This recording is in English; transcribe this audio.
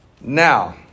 Now